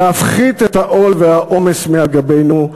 להפחית את העול והעומס מעל גבנו,